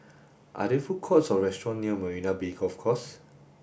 are there food courts or restaurants near Marina Bay Golf Course